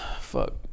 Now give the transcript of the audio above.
Fuck